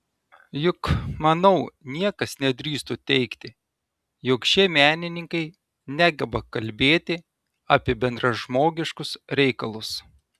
juk manau niekas nedrįstų teigti jog šie menininkai negeba kalbėti apie bendražmogiškus reikalus